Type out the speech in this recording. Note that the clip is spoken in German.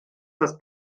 das